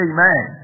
Amen